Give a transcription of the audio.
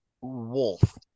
wolf